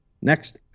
next